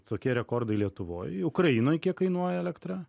tokie rekordai lietuvoj ukrainoj kiek kainuoja elektra